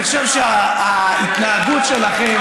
אני חושב שההתנהגות שלכם,